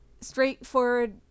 straightforward